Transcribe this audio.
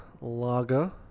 lager